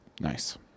Nice